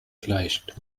gleicht